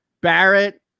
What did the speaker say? Barrett